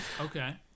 Okay